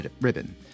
ribbon